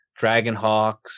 Dragonhawks